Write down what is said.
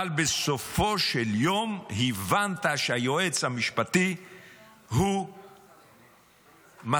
אבל בסופו של יום הבנת שהיועץ המשפטי הוא גוף